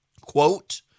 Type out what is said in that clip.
Quote